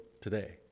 today